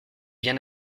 bien